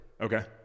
okay